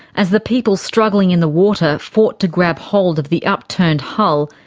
as the people struggling in the water fought to grab hold of the upturned hull,